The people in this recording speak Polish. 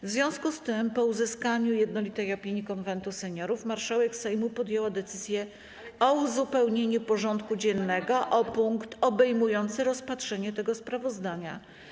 W związku z tym, po uzyskaniu jednolitej opinii Konwentu Seniorów, marszałek Sejmu podjęła decyzję o uzupełnieniu porządku dziennego o punkt obejmujący rozpatrzenie tego sprawozdania.